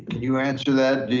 you answer that,